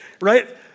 right